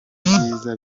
byiza